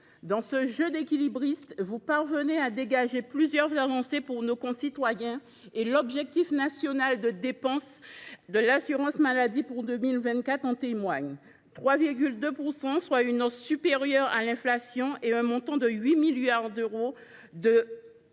Dans ce jeu d’équilibriste, vous parvenez à dégager plusieurs avancées pour nos concitoyens, et l’objectif national de dépenses d’assurance maladie pour 2024 en témoigne, avec une augmentation de 3,2 %, soit une hausse supérieure à l’inflation, et un montant de 8 milliards d’euros de